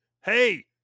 Hey